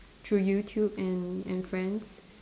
through YouTube and and friends